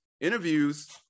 interviews